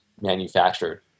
manufactured